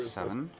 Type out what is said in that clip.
seven.